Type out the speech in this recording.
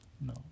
no